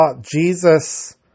Jesus